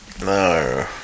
No